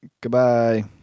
Goodbye